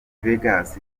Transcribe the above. vegas